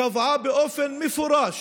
קבעה באופן מפורש